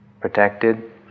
protected